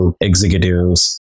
executives